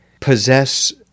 possess